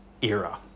era